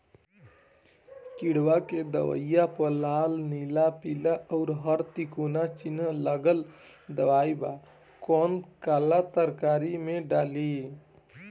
किड़वा के दवाईया प लाल नीला पीला और हर तिकोना चिनहा लगल दवाई बा कौन काला तरकारी मैं डाली?